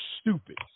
stupid